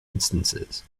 instances